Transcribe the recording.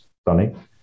stunning